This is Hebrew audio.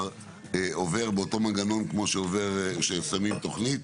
עובר באותו מנגנון כמו שעובר ששמים תוכנית,